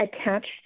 attached